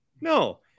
No